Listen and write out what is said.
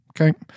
Okay